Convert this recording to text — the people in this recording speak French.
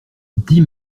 dix